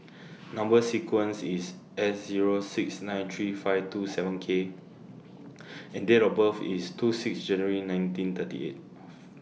Number sequence IS S Zero six nine three five two seven K and Date of birth IS two six January nineteen thirty eight